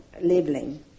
Labeling